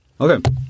Okay